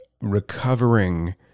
recovering